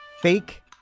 Fake